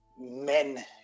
men